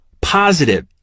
positive